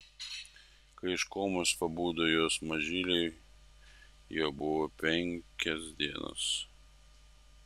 kai iš komos pabudo jos mažylei jau buvo penkios dienos